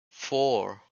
four